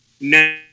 No